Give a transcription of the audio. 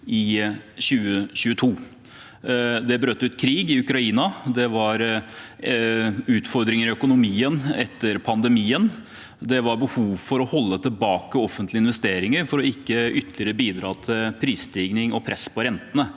i 2022: Det brøt ut krig i Ukraina, det var utfordringer i økonomien etter pandemien, det var behov for å holde tilbake offentlige investeringer for ikke ytterligere å bidra til prisstigning og press på rentene.